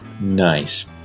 nice